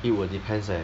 it will depends leh